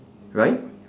right